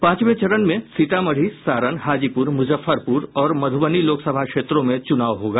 पांचवें चरण में सीतामढ़ी सारण हाजीपुर मुजफ्फरपुर और मधुबनी लोकसभा क्षेत्रों में चुनाव होगा